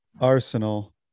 arsenal